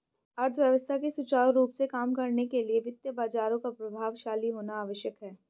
अर्थव्यवस्था के सुचारू रूप से काम करने के लिए वित्तीय बाजारों का प्रभावशाली होना आवश्यक है